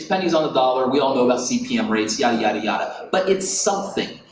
pennies on a dollar, we all know about cpm rates, yada, yada, yada. but it's something,